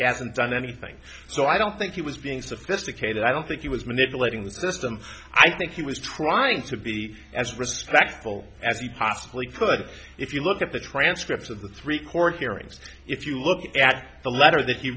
hasn't done anything so i don't think he was being sophisticated i don't think he was manipulating the system i think he was trying to be as respectful as he possibly put it if you look at the transcripts of the three court hearings if you look at the letter that he